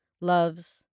loves